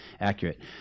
accurate